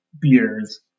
beers